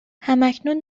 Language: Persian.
هماکنون